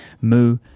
Moo